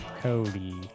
Cody